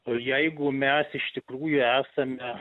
o jeigu mes iš tikrųjų esame